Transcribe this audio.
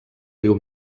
riu